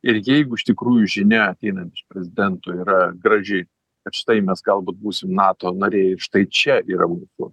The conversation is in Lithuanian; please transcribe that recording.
ir jeigu iš tikrųjų žinia ateinant prezidentu yra gražiai kad štai mes galbūt būsim nato nariai štai čia yra mūsų